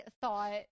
thought